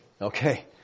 Okay